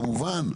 כמובן,